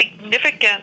significant